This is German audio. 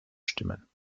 stimmen